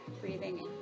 breathing